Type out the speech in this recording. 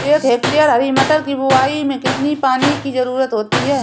एक हेक्टेयर हरी मटर की बुवाई में कितनी पानी की ज़रुरत होती है?